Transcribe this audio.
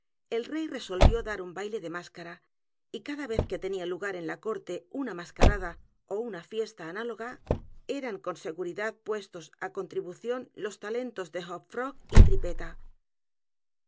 el rey resolvió dar un baile de máscara y cada vez que tenía lugar en la corte una mascarada ó una fiesta análoga eran con seguridad puestos á contribución los talentos de h